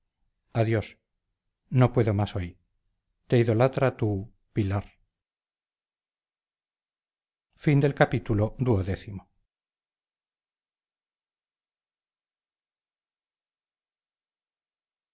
adiós no puedo más hoy te idolatra tu pilar